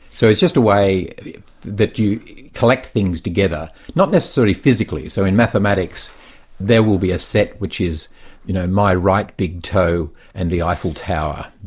so it's just a way that you collect things together, not necessarily physically, so in mathematics there will be a set which is you know my right big toe and the eiffel tower,